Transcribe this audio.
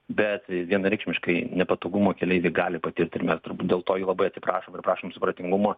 bet vienareikšmiškai nepatogumų keleiviai gali patirti mes turbūt dėl to jų labai atsiprašom ir prašom supratingumo